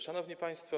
Szanowni Państwo!